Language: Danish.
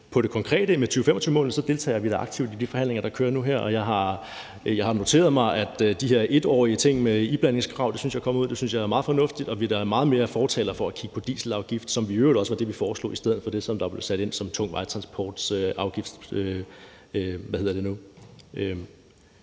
til det konkrete med 2025-målene deltager vi da aktivt i de forhandlinger, der kører nu her, og jeg har noteret mig det med de her 1-årige ting med iblandingskrav, som jeg mener er kommet ud. Det synes jeg da er meget fornuftigt, og vi er da meget mere fortalere for at kigge på dieselafgift, som i øvrigt også var det, vi foreslog i stedet for det, som er blevet sat ind i forbindelse med tung vejtransport,